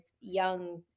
young